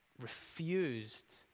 refused